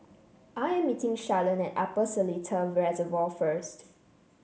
I am meeting Shalon at Upper Seletar Reservoir first